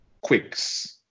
quicks